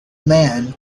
man